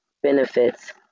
benefits